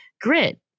grit